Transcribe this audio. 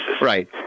Right